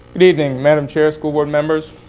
good evening madam chair, school board members.